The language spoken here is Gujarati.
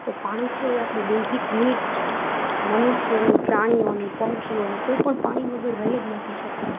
તો પાણી જે છે એ આપણી બેઝિક નીડ છે મનુષ્યની પ્રાણીઓની પંખીઓની કોઈ પણ પાણી વગર રહી જ નથી શકતું